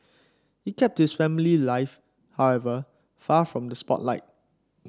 he kept his family life however far from the spotlight